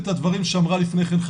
את הדברים שאמרה לפני כן,